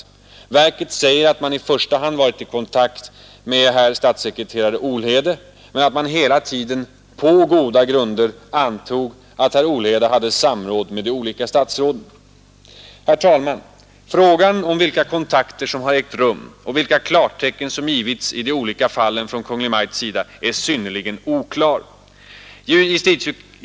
Verket säger att man i första hand varit i kontakt med statssekreterare Olhede men att man hela tiden — på goda grunder — antog att herr Olhede hade samråd med de olika statsråden. Herr talman! Frågan om vilka kontakter som ägt rum och vilka klartecken som givits i de olika fallen från Kungl. Maj:ts sida är synnerligen oklar.